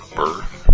birth